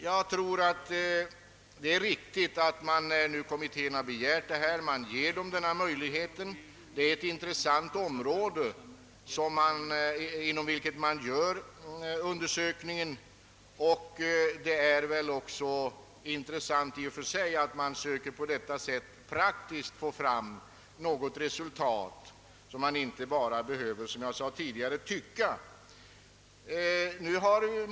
När kommittén har begärt denna försöksverksamhet, anser jag att det är riktigt att den får denna möjlighet. Det är ett intressant område på vilket man gör undersökningen, och det är väl också intressant i och för sig att man på detta sätt praktiskt söker få fram något resultat så att man inte behöver, som jag tidigare sade, bara tycka.